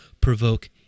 Provoke